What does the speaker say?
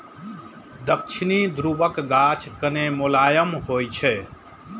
दक्षिणी ध्रुवक गाछ कने मोलायम होइ छै